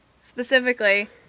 specifically